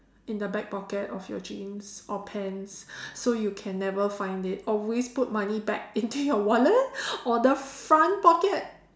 in the back pocket of your jeans or pants so you can never find it always put money back into your wallet or the front pocket